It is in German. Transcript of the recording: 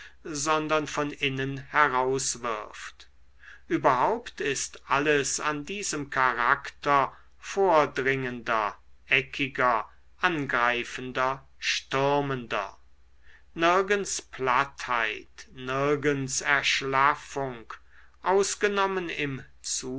sondern von innen herauswirft überhaupt ist alles an diesem charakter vordringender eckiger angreifender stürmender nirgends plattheit nirgends erschlaffung ausgenommen